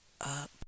Up